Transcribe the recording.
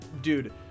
dude